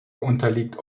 unterliegt